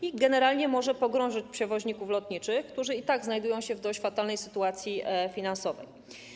Wiemy, że generalnie może to pogrążyć przewoźników lotniczych, którzy i tak znajdują się w dość fatalnej sytuacji finansowej.